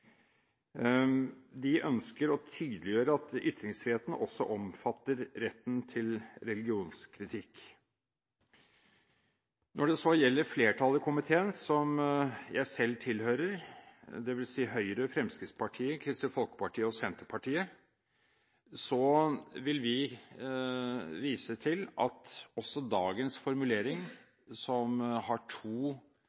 De ønsker å tydeliggjøre at ytringsfriheten også omfatter retten til religionskritikk. Når det gjelder flertallet i komiteen – som jeg selv tilhører – dvs. Høyre, Fremskrittspartiet, Kristelig Folkeparti og Senterpartiet, vil vi vise til at dagens formulering